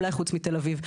אולי חוץ מתל אביב,